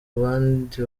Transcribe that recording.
abandi